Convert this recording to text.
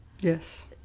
Yes